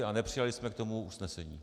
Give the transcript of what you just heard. A nepřijali jsme k tomu usnesení.